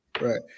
Right